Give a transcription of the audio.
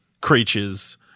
creatures